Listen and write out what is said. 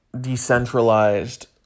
decentralized